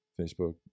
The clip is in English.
Facebook